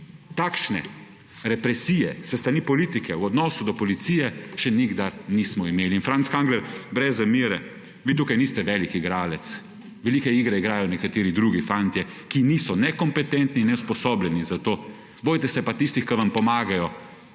takšne represije s strani politike v odnosu do policije še nikdar nismo imeli. In Franc Kangler, brez zamere, vi tukaj niste velik igralec, velike igre igrajo nekateri drugi fantje, ki niso ne kompetentni in ne usposobljeni za to, bojte se pa tistih, ki vam pomagajo